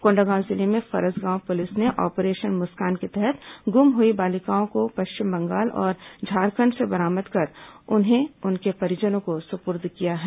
कोंडागांव जिले में फरसगांव पुलिस ने ऑपरेशन मुस्कान के तहत गुम हुई बालिकाओं को पश्चिम बंगाल और झारखंड से बरामद कर उन्हें उनके परिजनों को सुपुर्द किया है